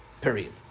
period